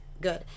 Good